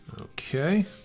Okay